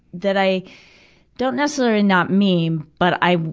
that i don't necessarily and not mean, but i,